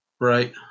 right